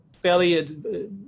fairly